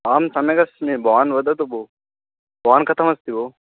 अहं सम्यगस्मि भवान् वदतु भो भवान् कथमस्ति भो